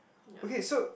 okay so